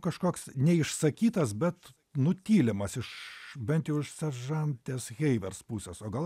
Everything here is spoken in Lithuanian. kažkoks neišsakytas bet nutylimas iš bent jau iš seržantės heivers pusės o gal